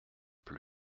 plus